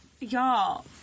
Y'all